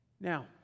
Now